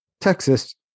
Texas